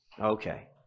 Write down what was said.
Okay